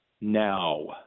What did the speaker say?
now